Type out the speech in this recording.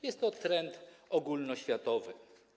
Jest to trend ogólnoświatowy.